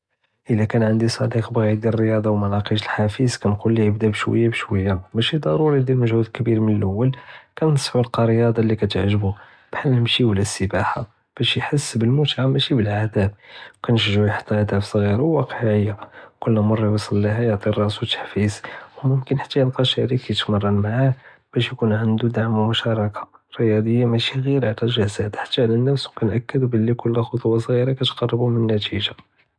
אלא קאן ענדי צדיק בغا ידיר אלריאדה ו מלקיש אלחאפז כנקול ליה בדה בשוيا בשוيا, משל דרורי ידיר מג'הוד כביר מן ללול, כננצוח ילקא אלריאדה לי קתהג'בו, בחאל אלמשי ולא אלסבחה, באש יחס בלטמע משל בלאעذاب, כנטשג'עוה יחוט אלאגדאף צ'ג'ירה ו ווקעיה, כל מרה יוסלהא יעני לראסוה תחפיז, מומקן חתי ילקא שיריק יתמראן מעאה, באש יכון ענדו דעמ ו משתארקה, אלריאדה משל ג'ר עלא אלג'סד חתי עלא אלנפס ו כנקידבלי כל חתוה צ'ג'ירה קטקרבוה מן אלנתיגה.